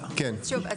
שוב,